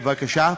בבקשה?